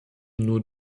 nur